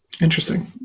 Interesting